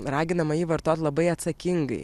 raginama jį vartot labai atsakingai